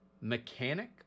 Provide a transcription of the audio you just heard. mechanic